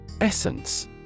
Essence